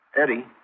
Eddie